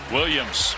Williams